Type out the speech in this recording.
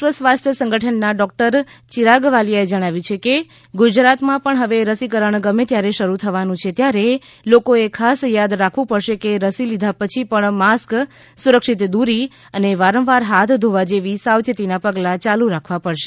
વિશ્વ સ્વાસ્થ્ય સંગઠનના ડૉક્ટર ચિરાગ વાલિયા એ જણાવ્યું કે ગુજરાતમાં પણ હવે રસીકરણ ગમે ત્યારે શરૂ થવાનું છે ત્યારે લોકો એ ખાસ યાદ રાખવું પડશે કે રસી લીધા પછી પણ માસ્ક સુરક્ષિત દૂરી અને વારંવાર હાથ ધોવા જેવા સાવચેતીના પગલાં ચાલુ રાખવા પડશે